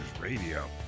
Radio